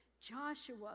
Joshua